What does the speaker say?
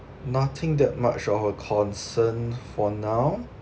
nothing that much of a concern for now